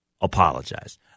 apologize